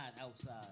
outside